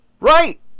Right